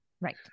right